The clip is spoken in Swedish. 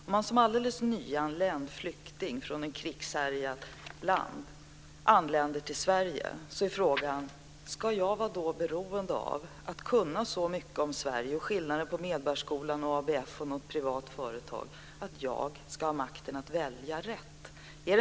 Om man kommer som nyanländ flykting till Sverige från ett krigshärjat land, ska man då vara beroende av att kunna så mycket om Sverige att man känner till skillnaden mellan Medborgarskolan och ABF och något privat företag så att man kan välja rätt?